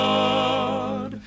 God